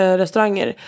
restauranger